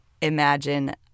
imagine